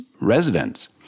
residents